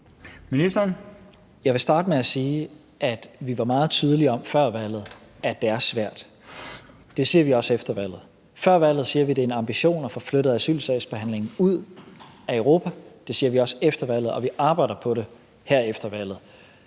Tesfaye): Jeg vil starte med at sige, at vi var meget tydelige før valget, i forhold til at det er svært. Det siger vi også efter valget. Før valget sagde vi, at det er en ambition at få flyttet asylsagsbehandlingen ud af Europa. Det siger vi også efter valget, og vi arbejder på det her efter valget.